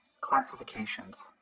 Classifications